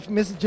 Miss